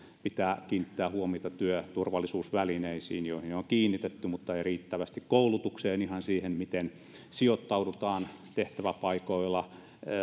pitää kiinnittää huomiota työturvallisuusvälineisiin joihin on kiinnitetty mutta ei riittävästi koulutukseen ihan siihen miten sijoittaudutaan tehtäväpaikoilla